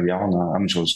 jauno amžiaus